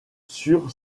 sur